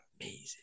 amazing